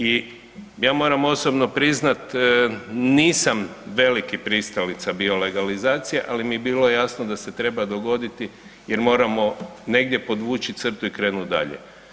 I ja moram osobno priznat nisam veliki pristalica bio legalizacije, ali mi je bilo jasno da se treba dogoditi jer moramo negdje podvući crtu i krenut dalje.